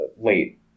late